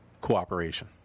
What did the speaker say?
Cooperation